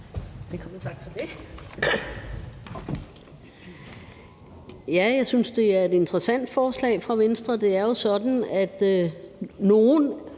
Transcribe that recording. Jeg synes, det er et interessant forslag fra Venstre. Det er jo sådan, at de,